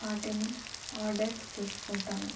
వాటిని ఆర్డర్ చేసుకుంటాను